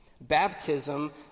baptism